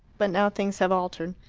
but now things have altered.